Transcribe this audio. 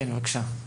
כן בבקשה.